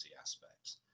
aspects